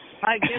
Hi